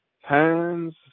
Hands